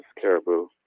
caribou